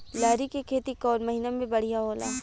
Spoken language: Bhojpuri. लहरी के खेती कौन महीना में बढ़िया होला?